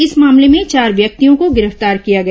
इस मामले में चार व्यक्तियों को गिरफ्तार किया गया